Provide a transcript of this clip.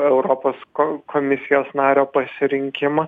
europos ko komisijos nario pasirinkimą